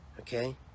okay